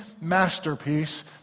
masterpiece